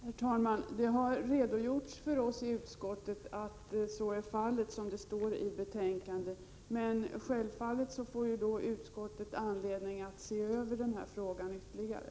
Herr talman! Vi har fått redogjort för oss i utskottet att det verkligen är så som det står i betänkandet. Men självfallet har utskottet anledning att se över denna fråga ytterligare.